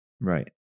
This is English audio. Right